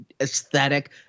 aesthetic